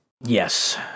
Yes